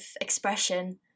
expression